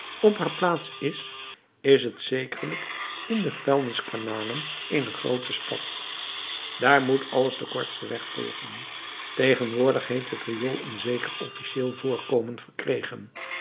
op haar plaats is is t zekerlijk in de vuilniskanalen eener groote stad daar moet alles den kortsten weg volgen tegenwoordig heeft het riool een zeker officieel voorkomen verkregen